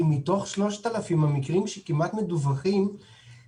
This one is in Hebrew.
כי מתוך 3,000 המקרים שכמעט מדווחים,